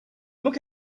look